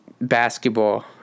basketball